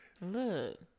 Look